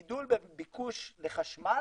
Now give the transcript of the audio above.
גידול בביקוש לחשמל,